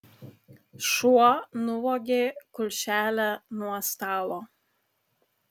šuo nuvogė kulšelę nuo stalo